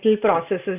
processes